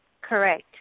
Correct